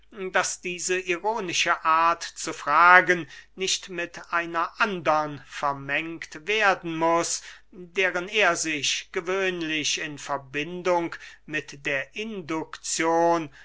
daß diese ironische art zu fragen nicht mit einer andern vermengt werden muß deren er sich gewöhnlich in verbindung mit der indukzion